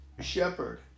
shepherd